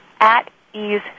at-ease